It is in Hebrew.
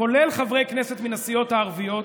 כולל חברי כנסת מן הסיעות הערביות,